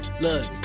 look